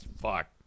Fuck